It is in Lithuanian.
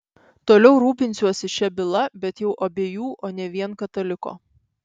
toliau rūpinsiuosi šia byla bet jau abiejų o ne vien kataliko